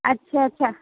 अच्छा अच्छा